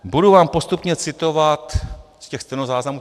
Budu vám postupně citovat z těch stenozáznamů.